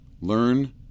Learn